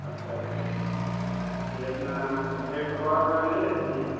अच्छा अच्छा ये अपना ब्रेड पकौड़ा ओकौड़ा नहीं रखती हैं